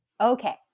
okay